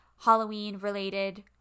Halloween-related